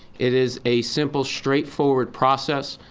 it is a simple, straightforward process.